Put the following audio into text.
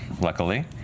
luckily